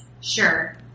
sure